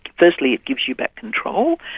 firstly it gives you back control,